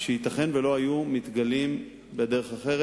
שייתכן שלא היו מתגלים בדרך אחרת.